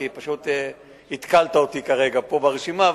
כי פשוט התקלת אותי כרגע פה ברשימה,